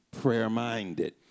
prayer-minded